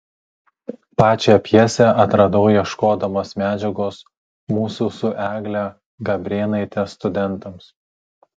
pačią pjesę atradau ieškodamas medžiagos mūsų su egle gabrėnaite studentams